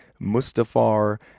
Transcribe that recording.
Mustafar